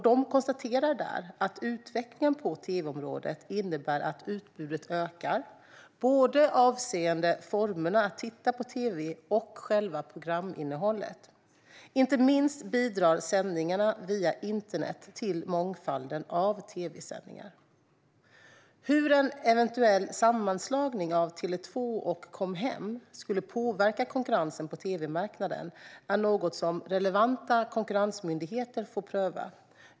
De konstaterar där att utvecklingen på tv-området innebär att utbudet ökar, både avseende formerna att titta på tv och själva programinnehållet. Inte minst bidrar sändningarna via internet till mångfalden av tv-sändningar. Hur en eventuell sammanslagning av Tele 2 och Com Hem skulle påverka konkurrensen på tv-marknaden är något som relevanta konkurrensmyndigheter får pröva.